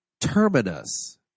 terminus